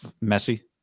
messy